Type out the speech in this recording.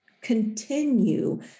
continue